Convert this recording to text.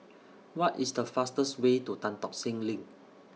What IS The fastest Way to Tan Tock Seng LINK